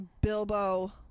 Bilbo